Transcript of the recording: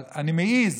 אבל אני מעז